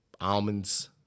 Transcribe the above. almonds